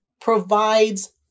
provides